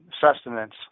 sustenance